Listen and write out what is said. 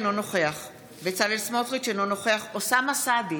אינו נוכח בצלאל סמוטריץ' אינו נוכח אוסאמה סעדי,